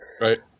Right